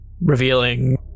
revealing